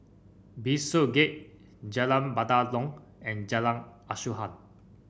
Bishopsgate Jalan Batalong and Jalan Asuhan